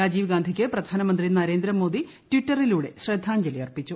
രാജീവ്ഗാന്ധിക്ക് പ്രധാനമന്ത്രി നരേന്ദ്രമോദി ടിറ്ററിലൂടെ ശ്രദ്ധാഞ്ജലി അർപ്പിച്ചു